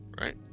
right